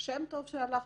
שם טוב שהלך,